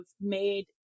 made